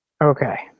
Okay